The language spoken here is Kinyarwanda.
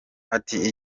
ati